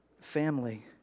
family